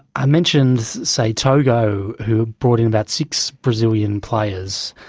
i mentioned, say, togo, who brought in about six brazilian players.